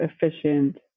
efficient